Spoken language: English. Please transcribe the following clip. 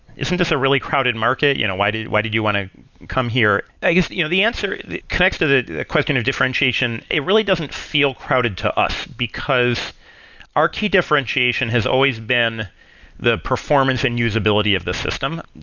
isn't this a really crowded market? you know why did why did you want to come here? i guess you know the answer connects to the question of differentiation. it really doesn't feel crowded to us, because our key differentiation has always been the performance and usability of the system.